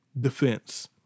defense